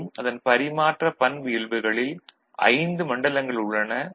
மேலும் அதன் பரிமாற்ற பண்பியல்புகளில் 5 மண்டலங்கள் உள்ளன